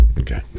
Okay